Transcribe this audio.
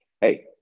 hey